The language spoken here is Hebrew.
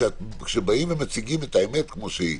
כשבאים ומציגים את האמת כמו שהיא,